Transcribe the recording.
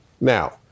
now